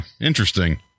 Interesting